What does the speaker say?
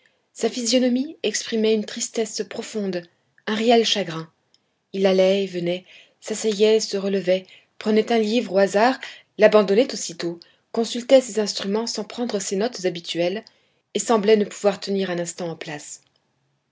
sa physionomie exprimait une tristesse profonde un réel chagrin il allait et venait s'asseyait et se relevait prenait un livre au hasard l'abandonnait aussitôt consultait ses instruments sans prendre ses notes habituelles et semblait ne pouvoir tenir un instant en place